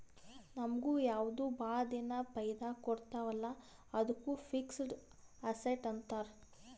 ನಮುಗ್ ಯಾವ್ದು ಭಾಳ ದಿನಾ ಫೈದಾ ಕೊಡ್ತಾವ ಅಲ್ಲಾ ಅದ್ದುಕ್ ಫಿಕ್ಸಡ್ ಅಸಸ್ಟ್ಸ್ ಅಂತಾರ್